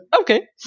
Okay